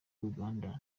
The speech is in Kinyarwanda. uganda